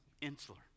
insular